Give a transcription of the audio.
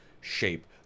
shape